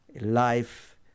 life